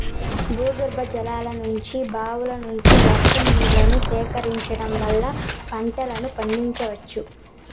భూగర్భజలాల నుంచి, బావుల నుంచి, వర్షం నీళ్ళను సేకరించడం వల్ల పంటలను పండించవచ్చు